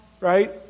right